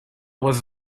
was